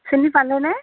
চিনি পালেনে